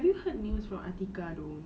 have you heard news from atiqah though